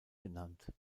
genannt